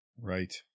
Right